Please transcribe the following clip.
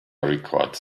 records